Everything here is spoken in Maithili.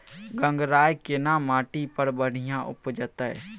गंगराय केना माटी पर बढ़िया उपजते?